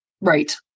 Right